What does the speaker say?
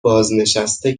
بازنشسته